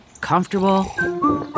comfortable